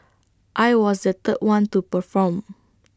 I was the third one to perform